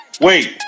Wait